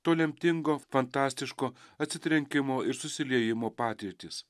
to lemtingo fantastiško atsitrenkimo ir susiliejimo patirtis